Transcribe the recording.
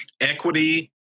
equity